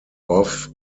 off